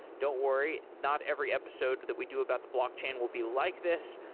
don't worry, not every episode that we do about the blockchain will be like this,